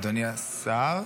אדוני השר,